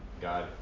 God